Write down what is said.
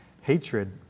hatred